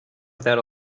without